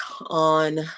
on